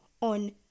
on